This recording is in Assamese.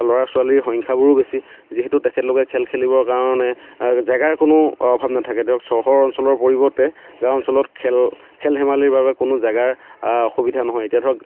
ল'ৰা ছোৱালীৰ সংখ্যাবোৰো বেছি যিহেতু তেখেতলোকে খেল খেলিব কাৰণে জাগাৰ কোনো অভাৱ নাথাকে ধৰক চহৰ অঞ্চলৰ পৰিৱৰ্তে গাঁও অঞ্চলত খেল খেল ধেমালিৰ বাবে কোনো জাগাৰ অসুবিধা নহয় এতিয়া ধৰক